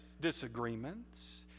disagreements